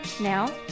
Now